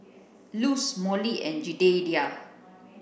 Luz Molly and Jedediah